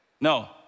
No